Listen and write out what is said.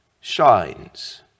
shines